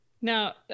Now